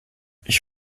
ich